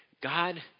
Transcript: God